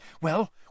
Well